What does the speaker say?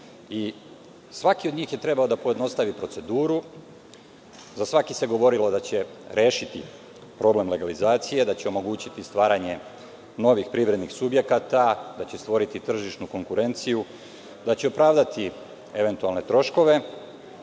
Svaki od njih je trebalo da pojednostavi proceduru. Za svaki se govorilo da će rešiti problem legalizacije, da će omogućiti stvaranje novih privrednih subjekata, da će stvoriti tržišnu konkurenciju, da će opravdati eventualne troškove,